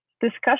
discussion